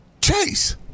Chase